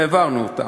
והעברנו אותם.